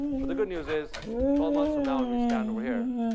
but the good news is twelve months from now when we stand over here,